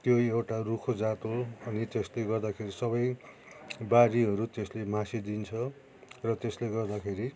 त्यो एउटा रुखो जाते अनि त्यसले गर्दाखेरि सबै बारीहरू त्यसले मासि दिन्छ र त्यसले गर्दा खेरि